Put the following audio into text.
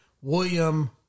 William